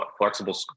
flexible